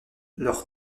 leur